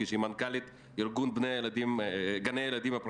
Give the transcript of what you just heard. שהיא מנכ"לית ארגון גני הילדים הפרטיים